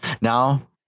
Now